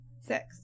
Six